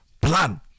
plan